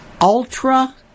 ultra